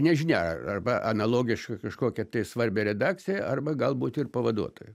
nežinia ar arba analogišką kažkokią svarbią redakciją arba galbūt ir pavaduotoju